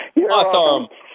Awesome